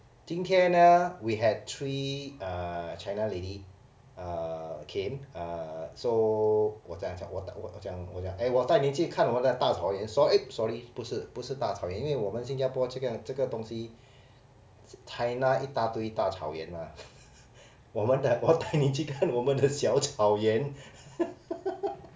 今天呢 we had three uh china lady uh came uh so 我讲我讲我讲我讲我带你去看我的大草原 eh sorry 不是不是大草原因为我们新加坡这个这个东西 china 一大堆大草原 mah 我们的我带你去看我的小草原